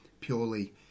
purely